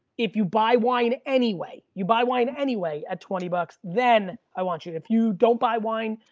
if you buy wine anyway, you buy wine anyway, at twenty bucks, then i want you, if you don't buy wine,